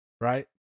Right